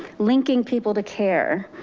linking people to care,